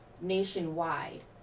nationwide